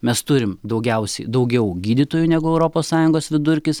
mes turim daugiausiai daugiau gydytojų negu europos sąjungos vidurkis